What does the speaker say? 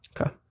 Okay